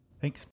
Thanks